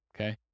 okay